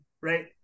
right